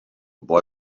boy